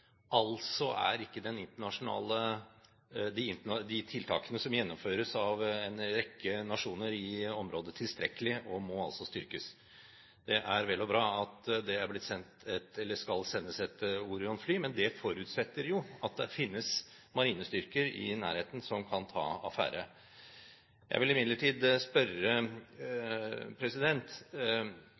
Altså er ikke de tiltakene som gjennomføres av en rekke nasjoner i området, tilstrekkelige, og må altså styrkes. Det er vel og bra at det skal sendes et Orion-fly. Men det forutsetter jo at det finnes marinestyrker i nærheten som kan ta affære. Når det gjelder næringsminister Giskes forslag, som er blitt sendt ut på høring, om å tillate bevæpning av norske skip i området, vil jeg spørre